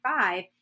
five